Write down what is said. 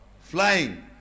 flying